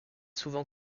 souvent